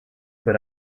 but